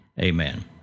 amen